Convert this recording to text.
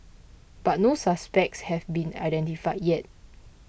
but no suspects have been identified yet